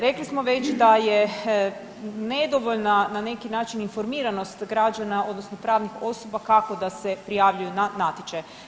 Rekli smo već da je nedovoljna na neki način informiranost građana, odnosno pravnih osoba kako da se prijavljuju na natječaje.